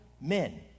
men